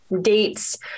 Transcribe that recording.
dates